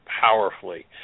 powerfully